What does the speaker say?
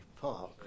Park